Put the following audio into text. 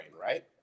right